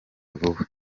vuba